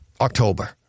October